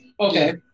Okay